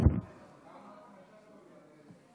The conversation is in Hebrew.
כבוד היושב-ראש,